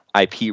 IP